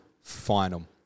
final